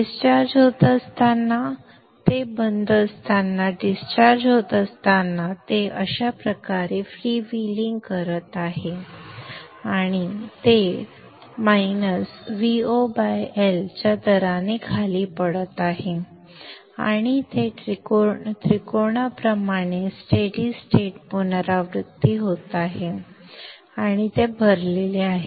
discharge होत असताना ते बंद असताना डिस्चार्ज होत असताना ते अशा प्रकारे फ्रीव्हीलिंग करत आहे आणि ते उणे VoL च्या दराने खाली पडत आहे आणि ते त्रिकोणाप्रमाणे स्टेडि स्टेट पुनरावृत्ती होत आहे आणि ते भरलेले आहे